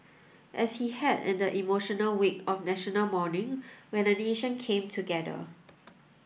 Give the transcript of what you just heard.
as he had in the emotional week of National Mourning when a nation came together